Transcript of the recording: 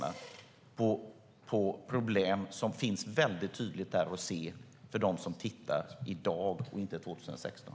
De handlar om problem som man tydligt kan se om man tittar på hur det ser ut i dag och inte 2016.